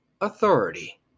authority